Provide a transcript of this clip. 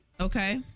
Okay